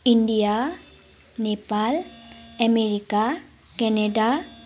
India Nepal America Canada